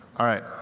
all right.